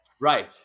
Right